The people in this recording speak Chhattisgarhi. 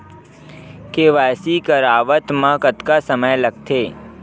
के.वाई.सी करवात म कतका समय लगथे?